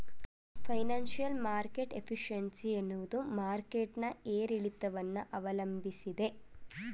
financial market efficiency ಎನ್ನುವುದು market ನ ಏರಿಳಿತವನ್ನು ಅವಲಂಬಿಸಿದೆ